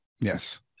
Yes